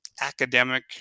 academic